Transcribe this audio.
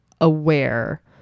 aware